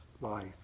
life